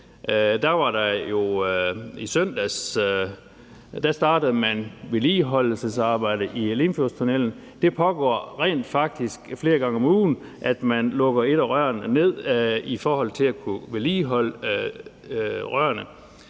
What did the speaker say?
startede man vedligeholdelsesarbejde i Limfjordstunnellen – det pågår rent faktisk flere gange om ugen, at man lukker et af rørene ned i forhold til at kunne vedligeholde rørene